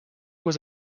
was